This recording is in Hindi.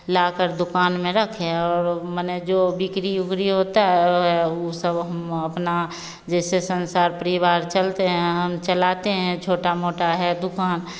लाकर दुक़ान में रखे और माने जो बिक्री उक्री होती है वह सब हम अपना जैसे संसार परिवार चलते हैं हम चलाते हैं छोटी मोटी है दुक़ान